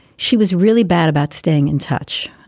she was really bad about staying in touch.